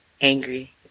angry